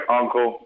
uncle